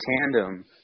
tandem